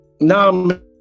No